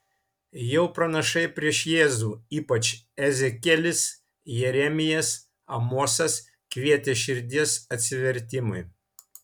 jau pranašai prieš jėzų ypač ezekielis jeremijas amosas kvietė širdies atsivertimui